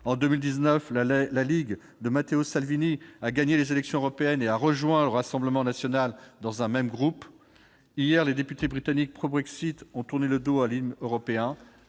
En 2019, la Ligue de Matteo Salvini a gagné les élections européennes et a rejoint le Rassemblement national dans un même groupe. Hier, les députés britanniques pro-Brexit ont tourné le dos à l'hymne européen.